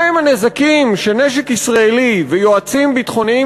מה הם הנזקים שנשק ישראלי ויועצים ביטחוניים